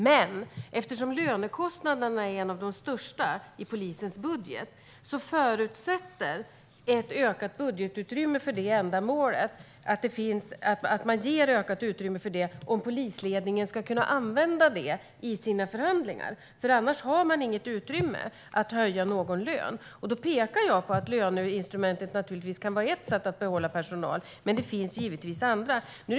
Men eftersom lönekostnaderna är bland de största i polisens budget förutsätts ett ökat budgetutrymme för detta ändamål om polisledningen ska kunna använda det i sina förhandlingar. Annars har de inget utrymme för att höja någon lön. Jag pekar på att löneinstrumentet kan vara ett sätt att behålla personal, men det finns givetvis även andra.